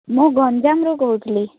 ମୁଁ ଗଞ୍ଜାମରୁ କହୁଥିଲି